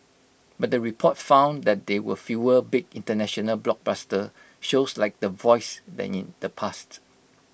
but the report found that there were fewer big International blockbuster shows like The Voice than in the past